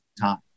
time